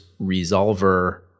resolver